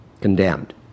Condemned